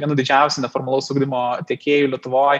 vienu didžiausių neformalaus ugdymo tiekėju lietuvoj